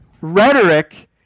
rhetoric